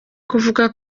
kuvuga